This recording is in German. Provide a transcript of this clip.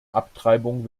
abtreibung